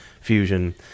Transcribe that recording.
fusion